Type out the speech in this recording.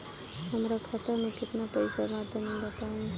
हमरा खाता मे केतना पईसा बा तनि बताईं?